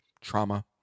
Trauma